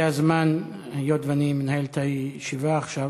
זה הזמן, היות שאני מנהל את הישיבה עכשיו,